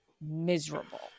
miserable